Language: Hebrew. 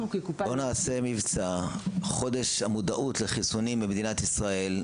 אנחנו כקופה --- אולי נארגן את חודש המודעות לחיסונים במדינת ישראל.